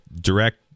direct